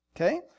Okay